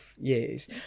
years